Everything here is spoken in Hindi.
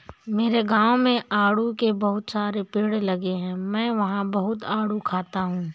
मेरे गाँव में आड़ू के बहुत सारे पेड़ लगे हैं मैं वहां बहुत आडू खाता हूँ